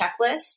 checklist